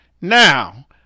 Now